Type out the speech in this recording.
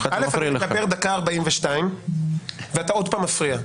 אני מדבר דקה ו-42 שניות ואתה עוד פעם מפריע.